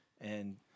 and-